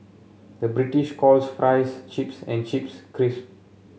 the British calls fries chips and chips crisp